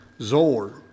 Zor